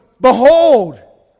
behold